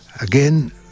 again